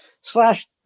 Slash